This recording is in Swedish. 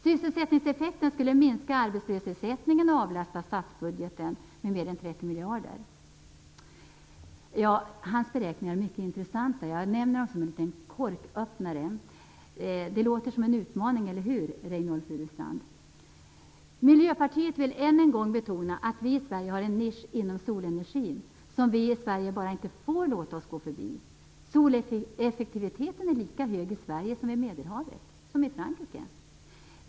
Sysselsättningseffekten skulle minska arbetslöshetsersättningen och avlasta statsbudgeten med mer än 30 miljarder. Professor Olof Erikssons beräkningar är alltså mycket intressanta, och jag nämner dem som en liten "korköppnare". Det låter som en utmaning, eller hur, Miljöpartiet vill än en gång betona att vi i Sverige har en nisch inom solenergin, som vi i Sverige bara inte får låta oss gå förbi. Soleffektiviteten är lika hög i Sverige som i Frankrike vid Medelhavet.